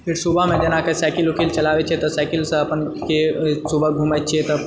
फेर सुबहमे जेना साइकिल उकिल चलाबै छिऐ तऽ साइकिलसँ अपन सुबह घुमए छिऐ तऽ